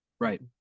Right